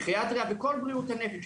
פסיכיאטריה וכל בריאות הנפש.